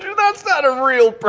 yeah that's not a real